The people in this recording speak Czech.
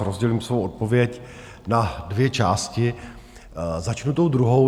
Rozdělím svou odpověď na dvě části, začnu tou druhou.